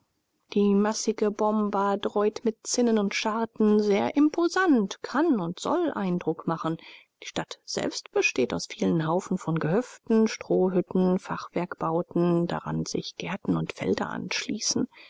die massige boma dräut mit zinnen und scharten sehr imposant kann und soll eindruck machen die stadt selbst besteht aus vielen haufen von gehöften strohhütten fachwerkbauten daran sich gärten und felder anschließen